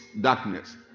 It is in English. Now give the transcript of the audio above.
darkness